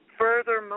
further